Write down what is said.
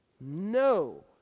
No